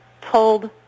told